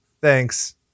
Thanks